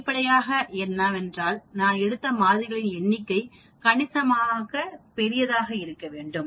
வெளிப்படையாக என்னவென்றால் நான் எடுத்த மாதிரிகளின் எண்ணிக்கை கணிசமாக பெரியதாக இருக்க வேண்டும்